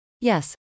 Yes